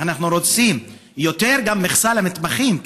אנחנו רוצים יותר מכסה גם למתמחים,